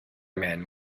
man